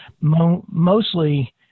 mostly